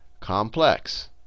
complex